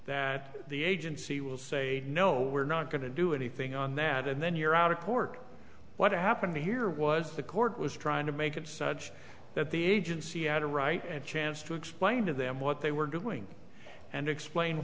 that the agency will say no we're not going to do anything on that and then you're out of court what happened here was the court was trying to make it such that the agency had a right and chance to explain to them what they were doing and explain